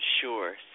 sure